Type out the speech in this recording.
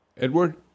Edward